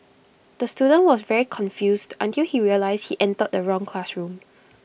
the student was very confused until he realised he entered the wrong classroom